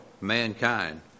mankind